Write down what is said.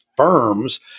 firms